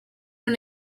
una